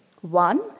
One